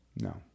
No